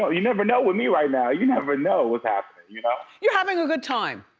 but you never know with me right now. you never know what's happening you know yeah having a good time.